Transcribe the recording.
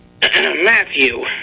Matthew